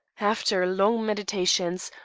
after long meditations,